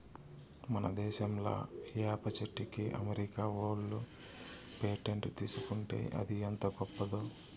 మన దేశంలా ఏప చెట్టుకి అమెరికా ఓళ్ళు పేటెంట్ తీసుకుంటే అది ఎంత గొప్పదో